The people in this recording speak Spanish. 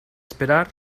esperar